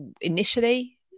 initially